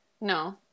no